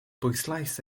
bwyslais